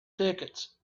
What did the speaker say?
tickets